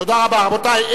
תודה רבה, רבותי.